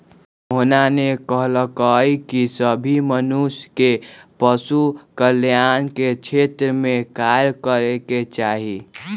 मोहना ने कहल कई की सभी मनुष्य के पशु कल्याण के क्षेत्र में कार्य करे के चाहि